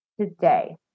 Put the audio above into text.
today